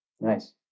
Nice